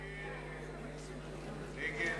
הצעת